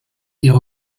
ihre